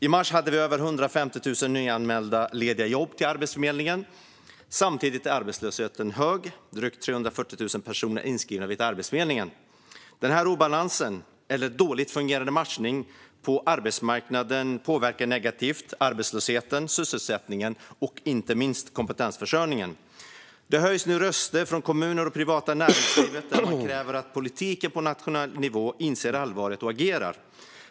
I mars anmäldes 150 000 nya lediga jobb till Arbetsförmedlingen, och samtidigt är arbetslösheten hög - drygt 340 000 personer är inskrivna vid Arbetsförmedlingen. Denna obalans, eller dåligt fungerande matchning, på arbetsmarknaden påverkar arbetslösheten, sysselsättningen och inte minst kompetensförsörjningen negativt. Det höjs nu röster från kommuner och från det privata näringslivet som kräver att politiken på nationell nivå inser allvaret och agerar.